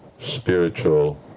Spiritual